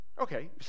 Okay